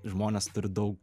žmonės turi daug